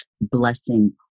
blessing